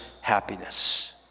happiness